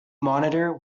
monitor